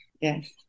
Yes